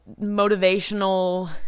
motivational